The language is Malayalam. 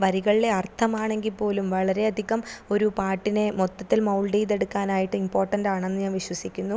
വരികളിലെ അർത്ഥം ആണെങ്കിൽ പോലും വളരെയധികം ഒരു പാട്ടിനെ മൊത്തത്തിൽ മൗൾഡ് ചെയ്തെടുക്കാനായിട്ട് ഇമ്പോർട്ടൻറ്റാണെന്ന് ഞാൻ വിശ്വസിക്കുന്നു